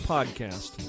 Podcast